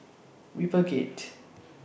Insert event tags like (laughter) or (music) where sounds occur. RiverGate (noise)